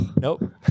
nope